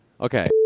Okay